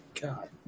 God